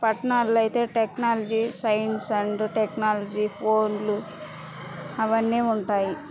పట్నాల్లో అయితే technology science and technology ఫోన్లు అవన్నీ ఉంటాయి